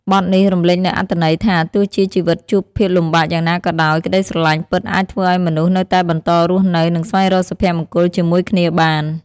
បទនេះរំលេចនូវអត្ថន័យថា ទោះជាជីវិតជួបភាពលំបាកយ៉ាងណាក៏ដោយ ក្តីស្រឡាញ់ពិតអាចធ្វើឲ្យមនុស្សនៅតែបន្តរស់នៅ និងស្វែងរកសុភមង្គលជាមួយគ្នាបាន។